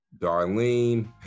Darlene